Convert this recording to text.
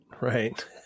Right